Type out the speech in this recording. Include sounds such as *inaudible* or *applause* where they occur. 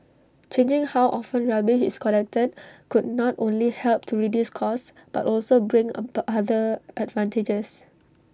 changing how often rubbish is collected could not only help to reduce costs but also bring *unintelligible* other advantages